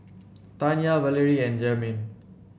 Tanya Valery and Jermain